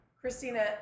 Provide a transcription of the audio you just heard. Christina